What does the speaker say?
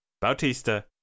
Bautista